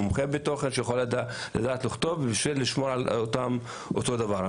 מומחה תוכן שיודע לכתוב ולשמור על אותו נוסח.